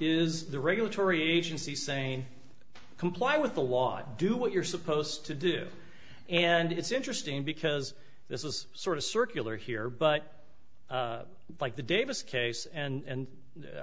is the regulatory agency saying comply with the law do what you're supposed to do and it's interesting because this is sort of circular here but like the davis case and